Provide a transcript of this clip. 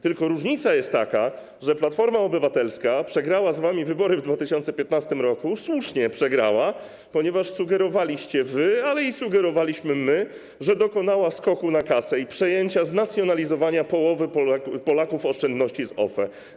Tylko różnica jest taka, że Platforma Obywatelska przegrała z wami wybory w 2015 r., słusznie przegrała, ponieważ sugerowaliście wy, ale i sugerowaliśmy my, że dokonała skoku na kasę i przejęcia, znacjonalizowania połowy oszczędności Polaków z OFE.